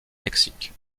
mexique